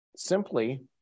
Simply